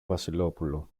βασιλόπουλο